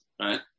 right